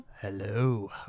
Hello